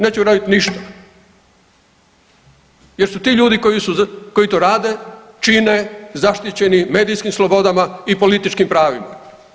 Neće uraditi ništa jer su ti ljudi koji to rade, čine zaštićeni medijskim slobodama i političkim pravima.